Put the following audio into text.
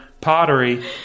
pottery